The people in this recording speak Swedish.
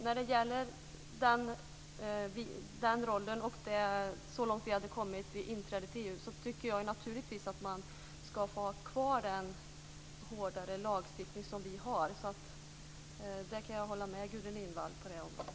När det gäller vår roll i EU och hur långt vi hade kommit vid inträdet, tycker jag naturligtvis att man ska få ha kvar en hårdare lagstiftning, som vi har. Så jag kan hålla med Gudrun Lindvall på det området.